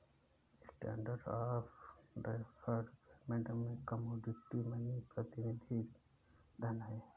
standard of deferred payment में commodity money प्रतिनिधि धन हैं